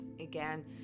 again